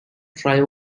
trio